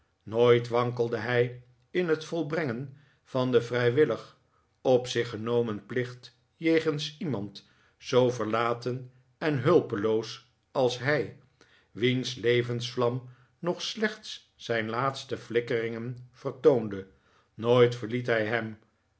nooit wankelde hij in het volbrengen van den vrijwillig op zich genomen plicht jegens iemand zoo verlaten en hulpeloos als hij wiens levensvlam nog slechts zijn laatste flikkeringen vertoonde nooit verliet hij hem